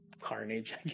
carnage